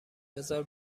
بذار